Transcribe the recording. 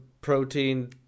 protein